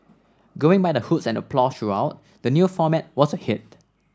going by the hoots and applause throughout the new format was a hit